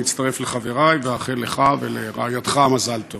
אני מצטרף לחברי ואאחל לך ולרעייתך מזל טוב